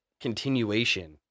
continuation